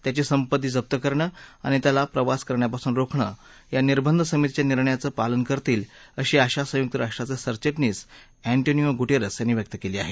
त्याची संपत्ती जप्त करणं आणि त्याला प्रवास करण्यापासून रोखणे या निर्बंध समितीच्या निर्णयांचं पालन करतील अशी आशा संयुक्त राष्ट्राचे सरचिटणीस एंटोनियो गुटेरेस यांनी व्यक्त केली आहे